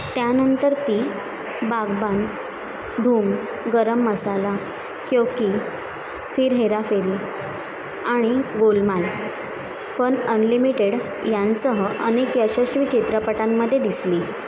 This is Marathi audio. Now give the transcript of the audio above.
त्यानंतर ती बागबान धूम गरम मसाला क्यो की फिर हेराफेरी आणि गोलमाल फन अनलिमिटेड यांसह अनेक यशस्वी चित्रपटांमध्ये दिसली